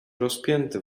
rozpięty